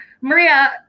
Maria